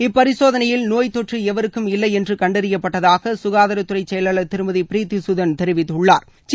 இப்பரிசோதனையில் நோய் தொற்று எவருக்கும் இல்லை என்று கண்டறியப்பட்டதாக சுகாதாரத் துறை செயலாளர் திருமதி ப்ரீத்தி குதன் தெரிவித்துள்ளாா்